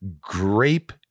Grape